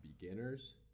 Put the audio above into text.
beginners